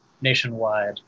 nationwide